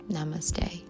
Namaste